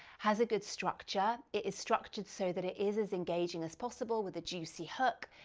has a good structure, it is structured so that it is as engaging as possible with a juicy hook,